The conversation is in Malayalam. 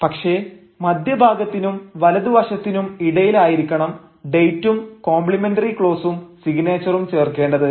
പക്ഷേ മധ്യഭാഗത്തിനും വലതുവശത്തിനും ഇടയിലായിരിക്കണം ഡേറ്റും കോംപ്ലിമെന്ററി ക്ലോസും സിഗ്നേച്ചറും ചേർക്കേണ്ടത്